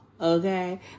okay